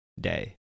day